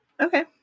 Okay